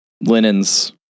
linens